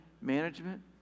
management